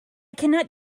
cannot